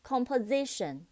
Composition